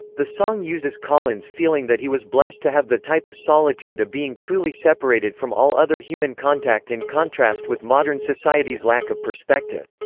the song uses collins' feeling that he was blessed to have the type of solitude solitude of being truly separated from all other human contact in contrast with modern society's lack of perspective.